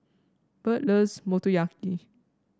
Bert loves Motoyaki